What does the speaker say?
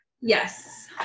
Yes